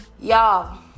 Y'all